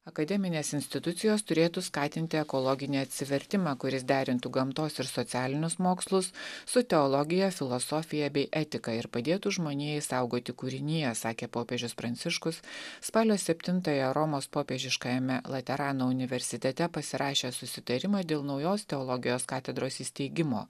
akademinės institucijos turėtų skatinti ekologinį atsivertimą kuris derintų gamtos ir socialinius mokslus su teologija filosofija bei etika ir padėtų žmonijai saugoti kūriniją sakė popiežius pranciškus spalio septintąją romos popiežiškajame laterano universitete pasirašęs susitarimą dėl naujos teologijos katedros įsteigimo